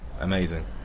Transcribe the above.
amazing